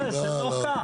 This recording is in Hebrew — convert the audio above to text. זה לא כך.